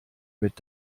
mit